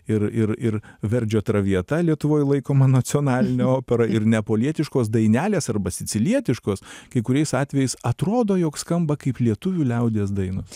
ir ir ir verdžio traviata lietuvoj laikoma nacionalinė opera ir neapolietiškos dainelės arba sicilietiškos kai kuriais atvejais atrodo jog skamba kaip lietuvių liaudies dainos